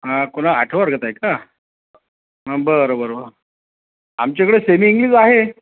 कुणा आठवा वर्गात आहे का बरं बरं बरं आमचा इकडं सेमीइंग्लिश आहे